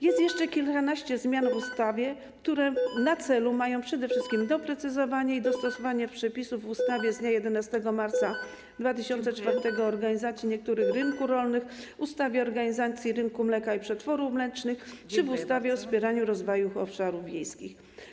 Jest jeszcze kilkanaście zmian, które mają na celu przede wszystkim doprecyzowanie i dostosowanie przepisów w ustawie z dnia 11 marca 2004 r. o organizacji niektórych rynków rolnych, ustawie o organizacji rynku mleka i przetworów mlecznych czy ustawie o wspieraniu rozwoju obszarów wiejskich.